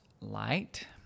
light